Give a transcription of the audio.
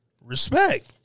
Respect